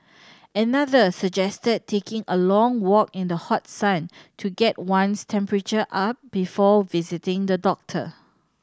another suggested taking a long walk in the hot sun to get one's temperature up before visiting the doctor